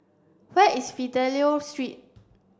where is Fidelio Street